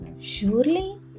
Surely